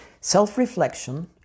Self-reflection